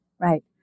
Right